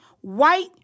White